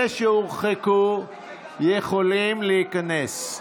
אלה שהורחקו יכולים להיכנס.